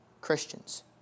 Christians